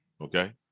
Okay